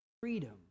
Freedom